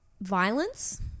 Violence